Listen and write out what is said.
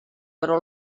però